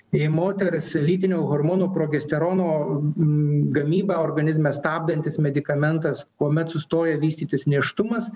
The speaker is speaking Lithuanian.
į moteris lytinio hormono progesterono gamybą organizme stabdantis medikamentas kuomet sustoja vystytis nėštumas